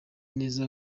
neza